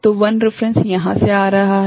तो I reference यहां से आ रहा हैं